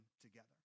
together